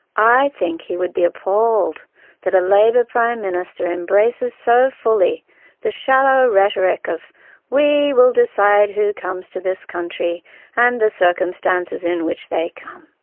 i think he would be appalled that a labor prime minister embraces so fully the shallow rhetoric of we will decide who comes to this country and the circumstances in which they come.